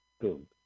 boom